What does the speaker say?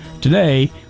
today